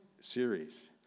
series